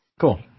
Cool